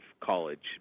college